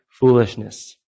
foolishness